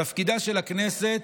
תפקידה של הכנסת,